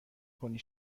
کنی